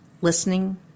Listening